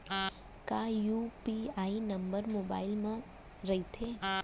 का UPI number mobile म रहिथे?